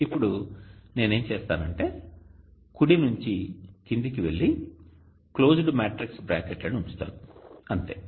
ఇప్పుడు నేను ఏమి చేస్తానంటే కుడి నుండి క్రిందికి వెళ్లి క్లోజ్డ్ మ్యాట్రిక్స్ బ్రాకెట్లను ఉంచుతాను అంతే